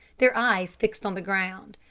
their eyes fixed on the ground.